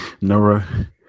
Nora